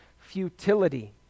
futility